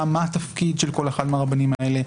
מה התפקיד של כל אחד מהרבנים האלה,